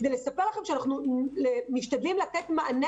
כדי לספר לכם שאנחנו משתדלים לתת מענה